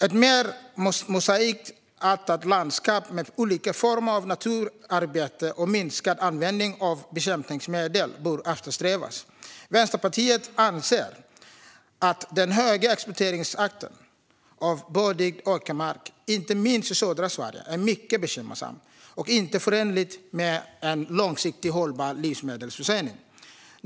Ett mer mosaikartat landskap med olika former av naturarbete och minskad användning av bekämpningsmedel bör eftersträvas. Vänsterpartiet anser att den höga exploateringstakten när det gäller bördig åkermark, inte minst i södra Sverige, är mycket bekymmersam och inte förenlig med en långsiktigt hållbar livsmedelsförsörjning.